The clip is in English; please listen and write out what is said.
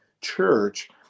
church